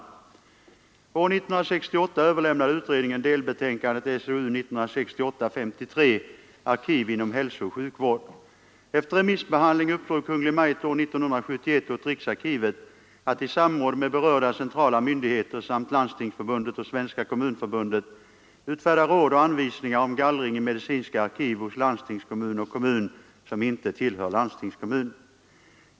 År 1968 överlämnade utredningen delbetänkandet Arkiv inom hälsooch sjukvård. Efter remissbehandling uppdrog Kungl. Maj:t år 1971 åt riksarkivet att i samråd med berörda centrala myndigheter samt Landstingsförbundet och Svenska kommunförbundet utfärda råd och anvisningar om gallring i medicinska arkiv hos landstingskommun och kommun som inte tillhör landstingskommun.